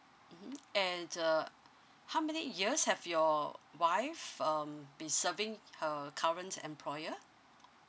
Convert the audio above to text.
mmhmm and the how many years have your wife um been serving her current employer